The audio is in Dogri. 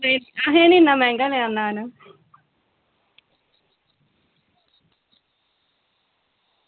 ते असें निं इन्ना मैहंगा लैना